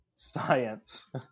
Science